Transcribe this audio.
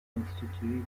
constitué